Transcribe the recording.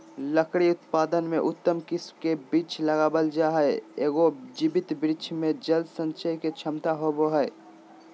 लकड़ी उत्पादन में उत्तम किस्म के वृक्ष लगावल जा हई, एगो जीवित वृक्ष मे जल संचय के क्षमता होवअ हई